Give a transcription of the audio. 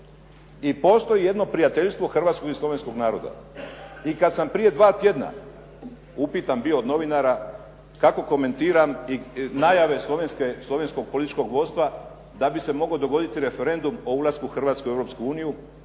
I postoji jedno prijateljstvo hrvatskog i slovenskog naroda. I kad sam prije dva tjedna upitan bio od novinara kako komentiram najave slovenskog političkog vodstva da bi se mogao dogoditi referendum o ulasku Hrvatske u Europsku uniju,